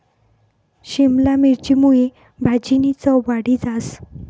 शिमला मिरची मुये भाजीनी चव वाढी जास